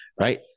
right